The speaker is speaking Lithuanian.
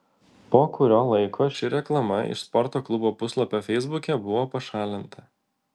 po kurio laiko ši reklama iš sporto klubo puslapio feisbuke buvo pašalinta